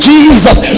Jesus